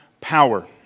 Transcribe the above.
power